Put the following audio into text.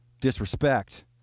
disrespect